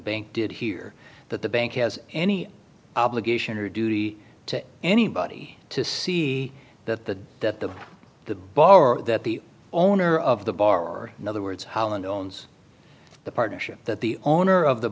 bank did here that the bank has any obligation or duty to anybody to see that the that the the borrower that the owner of the bar or in other words holland owns the partnership that the owner of the